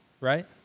right